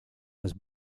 was